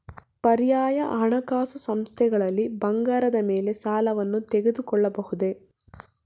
ಪರ್ಯಾಯ ಹಣಕಾಸು ಸಂಸ್ಥೆಗಳಲ್ಲಿ ಬಂಗಾರದ ಮೇಲೆ ಸಾಲವನ್ನು ತೆಗೆದುಕೊಳ್ಳಬಹುದೇ?